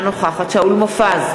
אינה נוכחת שאול מופז,